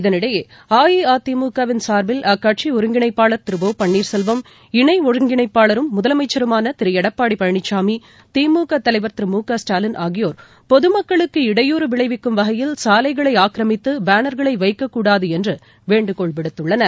இதனிடையே அஇஅதிமுக வின் சார்பில் அக்கட்சிஒருங்கிணைப்பாளர் திரு ஓ பன்னீர்செல்வம் இணைஒருங்கிணைப்பாளரும் முதலமைச்சருமானளடப்பாடிபழனிசாமி திமுகதலைவர் திரு மு க ஸ்டாலின் பொதுமக்குளுக்கு ஆகியோர் விளைவிக்கும் வகையில் இடையூறு சாலைகளைஆக்கிரமித்துபேனர்களைவைக்கக்கூடாதுஎன்றுவேண்டுகோள் விடுத்துள்ளனர்